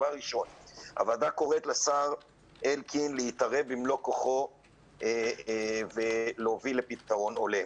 הוועדה קוראת לשר אלקין להתערב במלוא כוחו ולהוביל לפתרון הולם,